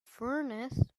furnace